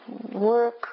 work